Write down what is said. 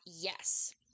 yes